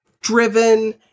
driven